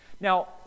Now